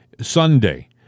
Sunday